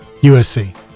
USC